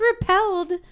repelled